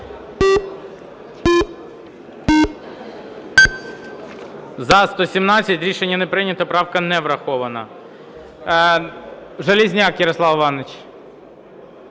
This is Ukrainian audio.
За-117 Рішення не прийнято. Правка не врахована.